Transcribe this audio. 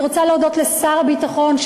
אני רוצה להודות לשר הביטחון,